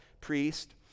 priest